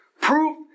proof